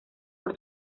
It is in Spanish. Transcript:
por